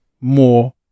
more